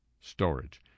storage